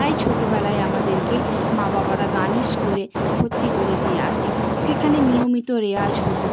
তাই ছোটোবেলায় আমাদেরকে মা বাবারা গানের স্কুলে ভর্তি করে দিয়ে আসে সেখানে নিয়মিত রেয়াজ হতো